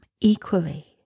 equally